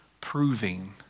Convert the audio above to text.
proving